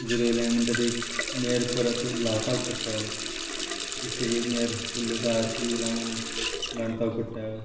जुरयलें म्हणटक एक मेर परत लावपाक पडटा ही सगळी मेर फुल्ल सारकी लावन बांदपाक पडटा